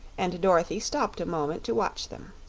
and dorothy stopped a moment to watch them.